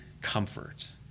comfort